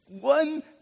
one